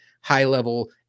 high-level